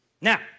Now